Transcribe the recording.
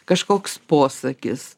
kažkoks posakis